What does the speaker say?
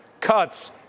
cuts